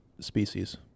species